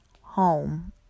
home